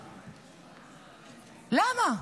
למה?